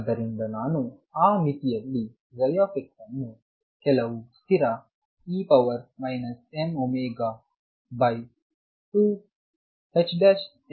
ಆದ್ದರಿಂದ ನಾನು ಆ ಮಿತಿಯಲ್ಲಿ x ಅನ್ನು ಕೆಲವು ಸ್ಥಿರ e mω2ℏx2 ಆಗಿ ಬರೆಯಬಹುದು